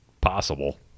possible